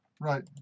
Right